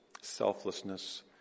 selflessness